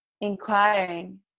inquiring